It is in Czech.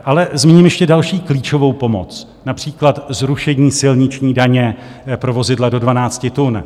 Ale zmíním ještě další klíčovou pomoc, například zrušení silniční daně pro vozidla do 12 tun.